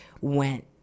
went